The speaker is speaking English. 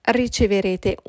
riceverete